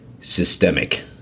systemic